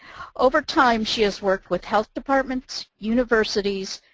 over time, she has worked with health departments, universities,